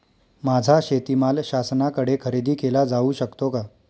माझा शेतीमाल शासनाकडे खरेदी केला जाऊ शकतो का?